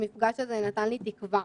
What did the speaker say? המפגש הזה נתן לי תקווה,